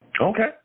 Okay